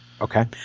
okay